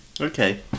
Okay